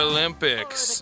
Olympics